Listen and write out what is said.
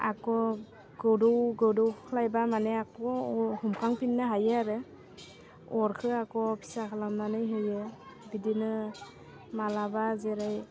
आरो गोदौ गोदौख्लाइबा माने आरो हमखांफिन्नो हायो आरो अरखौ आरो फिसा खालामनानै होयो बिदिनो मालाबा जेरै